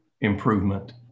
improvement